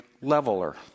leveler